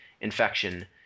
infection